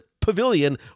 Pavilion